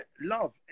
love